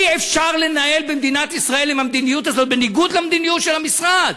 אי-אפשר לנהל במדינת ישראל עם המדיניות הזאת בניגוד למדיניות של המשרד,